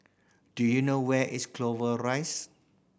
do you know where is Clover Rise